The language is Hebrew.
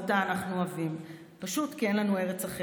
אנחנו כאן כדי להישאר.